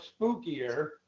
spookier